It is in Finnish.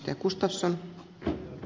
arvoisa puhemies